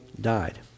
died